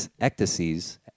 ecstasies